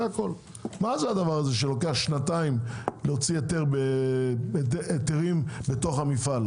מה זה הדבר הזה שלוקח שנתיים להוציא היתרים בתוך המפעל?